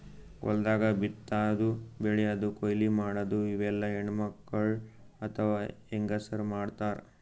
ಹೊಲ್ದಾಗ ಬಿತ್ತಾದು ಬೆಳ್ಯಾದು ಕೊಯ್ಲಿ ಮಾಡದು ಇವೆಲ್ಲ ಹೆಣ್ಣ್ಮಕ್ಕಳ್ ಅಥವಾ ಹೆಂಗಸರ್ ಮಾಡ್ತಾರ್